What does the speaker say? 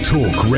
Talk